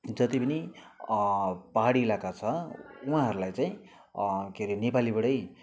जति पनि पाहाडी इलाका छ उहाँहरूलाई चाहिँ के रे नेपालीबाटै